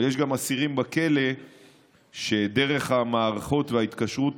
אבל יש אסירים בכלא שדרך המערכות וההתקשרות